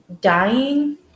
dying